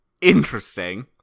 Interesting